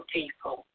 people